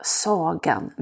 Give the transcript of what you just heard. sagan